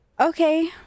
Okay